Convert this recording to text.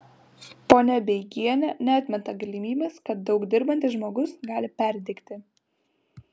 ponia beigienė neatmeta galimybės kad daug dirbantis žmogus gali perdegti